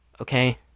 Okay